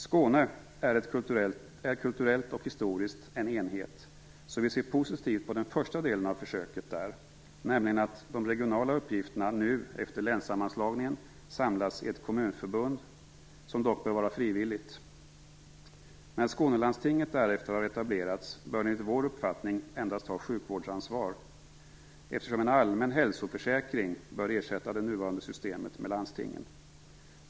Skåne är kulturellt och historiskt en enhet, så vi ser positivt på den första delen av försöket där, nämligen att de regionala uppgifterna nu efter länssammanslagningen samlas i ett kommunförbund, som dock bör vara frivilligt. När Skånelandstinget därefter har etablerats bör det enligt vår uppfattning endast ha sjukvårdsansvar, eftersom en allmän hälsoförsäkring bör ersätta det nuvarande systemet med landstingen.